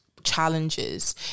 challenges